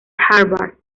harvard